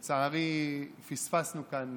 לצערי, פספסנו כאן